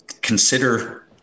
consider